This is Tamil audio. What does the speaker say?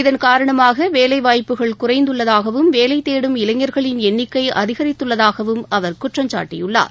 இதன் காரணமாக வேலைவாய்ப்புகள் குறைந்துள்ளதாகவும் வேலை தேடும் இளைஞர்களின் எண்ணிக்கை அதிகரித்துள்ளதாகவும் அவர் குற்றம்சாட்டியுள்ளார்